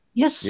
yes